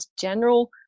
general